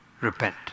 Repent